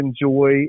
enjoy